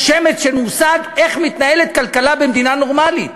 שמץ של מושג איך מתנהלת כלכלה במדינה נורמלית,